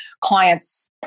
clients